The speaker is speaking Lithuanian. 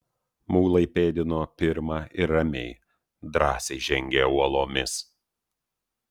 mulai pėdino pirma ir ramiai drąsiai žengė uolomis